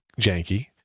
janky